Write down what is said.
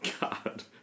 God